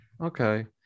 okay